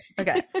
okay